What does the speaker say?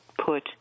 put